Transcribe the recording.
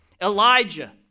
Elijah